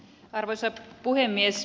arvoisa puhemies